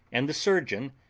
and the surgeon,